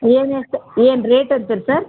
ಏನು ಎಷ್ಟು ಏನು ರೇಟ್ ಅಂತೀರ ಸರ್